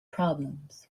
problems